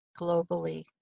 globally